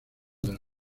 del